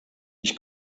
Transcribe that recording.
ich